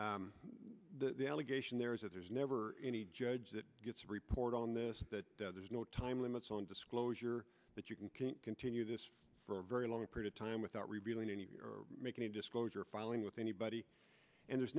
the allegation there is that there's never any judge that gets a report on this that there's no time limits on disclosure that you can continue this for a very long period of time without revealing any of your make any disclosure filing with anybody and there's